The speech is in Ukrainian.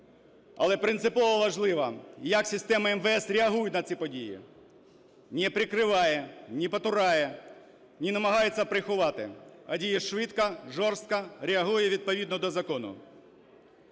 Але принципово важливо, як система МВС реагує на ці події: не прикриває, не потурає, не намагається приховати, а діє швидко, жорстко, реагує відповідно до закону.